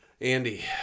Andy